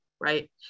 right